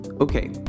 okay